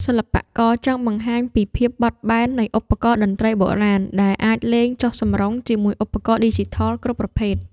សិល្បករចង់បង្ហាញពីភាពបត់បែននៃឧបករណ៍តន្ត្រីបុរាណ ដែលអាចលេងចុះសម្រុងជាមួយឧបករណ៍ឌីជីថលគ្រប់ប្រភេទ។